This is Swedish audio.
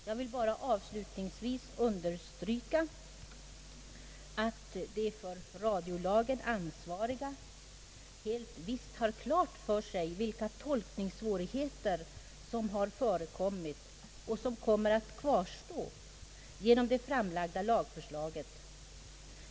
Jag vill bara avslutningsvis understryka att de för radiolagen ansvariga helt visst har klart för sig vilka tolkningssvårigheter som har förekommit och som kommer att kvarstå genom det framlagda lagförslaget.